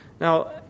Now